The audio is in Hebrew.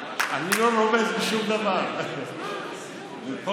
אני לא רומז לשום דבר, ופה,